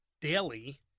daily